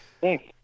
Thanks